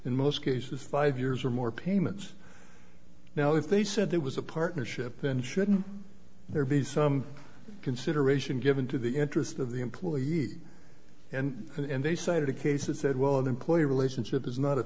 in most cases five years or more payments now if they said there was a partnership then shouldn't there be some consideration given to the interest of the employee and and they cited a case that said well employee relationship is not a